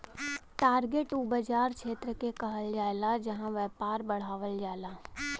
target उ बाज़ार क्षेत्र के कहल जाला जहां व्यापार बढ़ावल जाला